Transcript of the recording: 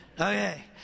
Okay